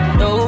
no